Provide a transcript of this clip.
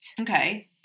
Okay